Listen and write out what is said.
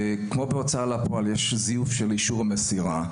בהוצאה לפועל יש זיוף של אישור מסירה,